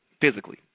physically